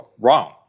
wrong